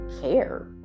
care